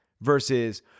versus